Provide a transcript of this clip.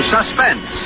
Suspense